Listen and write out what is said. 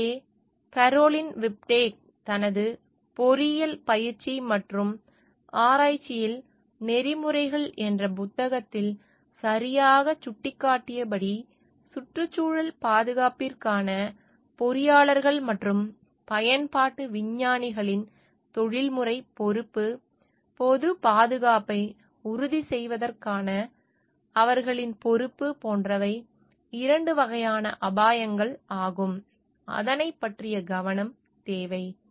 எனவே Caroline Whitbeck தனது பொறியியல் பயிற்சி மற்றும் ஆராய்ச்சியில் நெறிமுறைகள் என்ற புத்தகத்தில் சரியாகச் சுட்டிக்காட்டியபடி சுற்றுச்சூழல் பாதுகாப்பிற்கான பொறியாளர்கள் மற்றும் பயன்பாட்டு விஞ்ஞானிகளின் தொழில்முறை பொறுப்பு பொது பாதுகாப்பை உறுதி செய்வதற்கான அவர்களின் பொறுப்பு போன்றவை இரண்டு வகையான அபாயங்கள் ஆகும் அதனை பற்றிய கவனம் தேவை